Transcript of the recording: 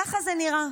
ככה זה נראה,